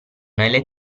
nelle